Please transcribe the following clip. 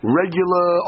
regular